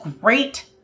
great